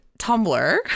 Tumblr